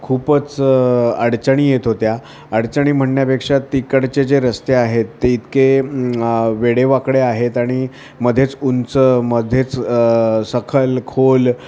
खूपच अडचणी येत होत्या अडचणी म्हणण्यापेक्षा तिकडचे जे रस्ते आहेत ते इतके वेडेवाकडे आहेत आणि मध्येच उंच मध्येच सखल खोल